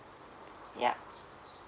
yup